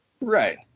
Right